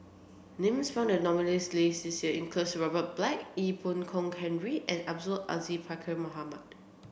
names found in the nominees' list this year include Robert Black Ee Boon Kong Henry and Abdul Aziz Pakkeer Mohamed